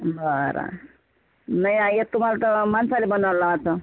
बरं नाही येत तुम्हाला तर माणसाला बनवायला लावायचं